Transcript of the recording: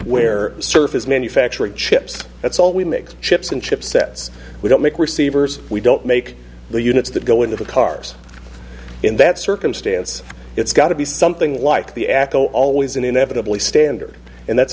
where surface manufacturing chips that's all we mix chips in chipsets we don't make receivers we don't make the units that go into the cars in that circumstance it's got to be something like the acco always and inevitably standard and that's